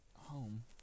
home